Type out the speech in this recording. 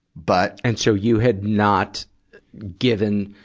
but and so you had not given,